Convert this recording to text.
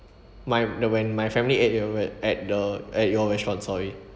my when my family at your where at the at your restaurant sorry